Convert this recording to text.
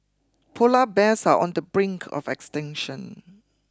polar bears are on the brink of extinction